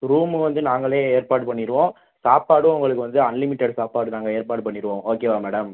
room வந்து நாங்களே ஏற்பாடு பண்ணிடுவோம் சாப்பாடும் உங்களுக்கு வந்து அன்லிமிடெட் சாப்பாடு நாங்கள் ஏற்பாடு பண்ணிடுவோம் ஓகேவா மேடம்